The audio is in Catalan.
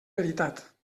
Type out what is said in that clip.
veritat